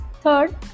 Third